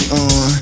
on